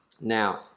Now